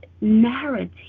narrative